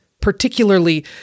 particularly